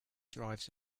drives